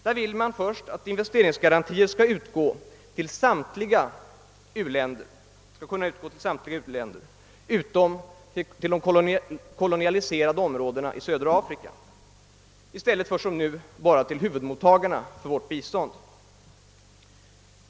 Reservanterna vill att investeringsgarantier skall kunna utgå till samtliga u-länder utom de koloniserade områdena i södra Afrika i stället för som nu bara till huvudmottagarna av vårt bistånd.